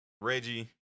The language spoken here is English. Reggie